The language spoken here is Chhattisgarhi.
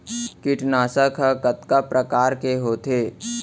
कीटनाशक ह कतका प्रकार के होथे?